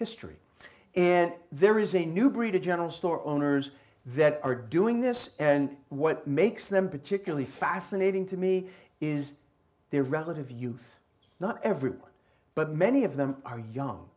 history and there is a new breed of general store owners that are doing this and what makes them particularly fascinating to me is their relative youth not everybody but many of them are young